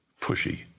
pushy—